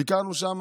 ביקרנו שם